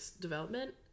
development